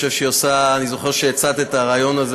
אני זוכר שהצעת את הרעיון הזה,